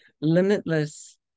limitless